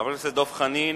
חבר הכנסת דב חנין